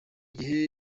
gihe